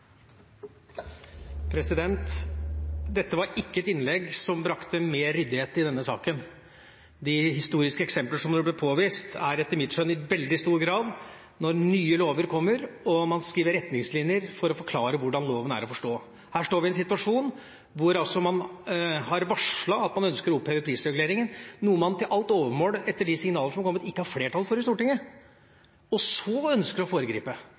Dette var ikke et innlegg som brakte mer ryddighet i denne saken. De historiske eksempler som det ble vist til, gjelder etter mitt skjønn i veldig stor grad når nye lover kommer og man skriver retningslinjer for å forklare hvordan loven er å forstå. Her står vi i en situasjon hvor man altså har varslet at man ønsker å oppheve prisreguleringen, noe man til alt overmål, etter de signaler som kommer, ikke har flertall for i Stortinget, og så ønsker å foregripe.